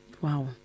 wow